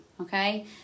okay